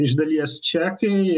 iš dalies čekai